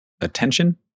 attention